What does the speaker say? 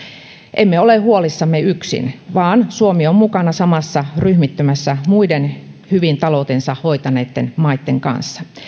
emme ole huolissamme yksin vaan suomi on mukana samassa ryhmittymässä muiden hyvin taloutensa hoitaneitten maitten kanssa